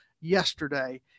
yesterday